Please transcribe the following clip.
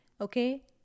okay